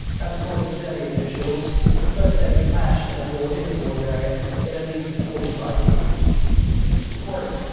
that's according to delhi officials. it's the first that they clash in a bowl in the border area in at least forty five years bbc reporting.